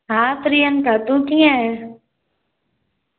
हा प्रियंका तूं कीअं आईं